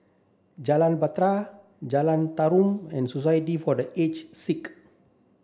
Jalan Bahtera Jalan Tarum and Society for the Aged Sick